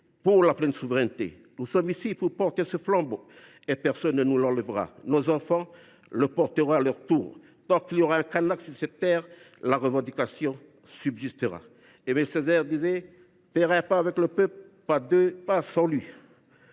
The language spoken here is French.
pour la pleine souveraineté. Nous sommes ici pour porter ce flambeau et personne ne nous l’enlèvera ; nos enfants le porteront à leur tour. Tant qu’il y aura un Kanak sur cette terre, la revendication subsistera. Aimé Césaire disait :« Faire un pas avec le peuple, pas deux pas sans lui.